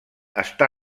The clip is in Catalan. està